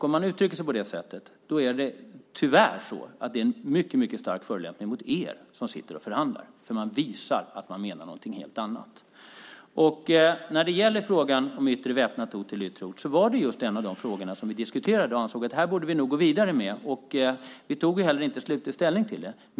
Om man uttrycker sig på det sättet är det en mycket stark förolämpning mot er som förhandlar. Man visar att man menar något helt annat. Frågan om att ändra från yttre väpnat hot till yttre hot var just en av de frågor som vi diskuterade. Vi ansåg att vi nog borde gå vidare med den. Vi tog heller inte slutlig ställning till det.